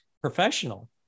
professional